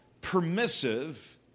permissive